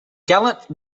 gallant